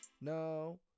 no